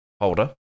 holder